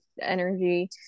energy